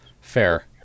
Fair